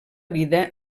vida